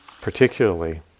particularly